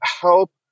help